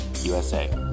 USA